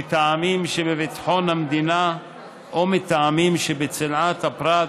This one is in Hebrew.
מטעמים שבביטחון המדינה או מטעמים שבצנעת הפרט,